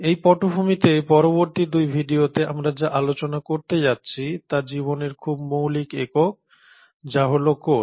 এই পটভূমিতে পরবর্তী দুই ভিডিওতে আমরা যা আলোচনা করতে যাচ্ছি তা জীবনের খুব মৌলিক একক যা হল কোষ